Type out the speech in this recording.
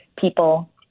people